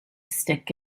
stick